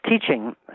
teaching